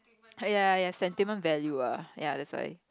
ya ya ya sentiment value ah ya that's why